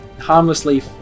harmlessly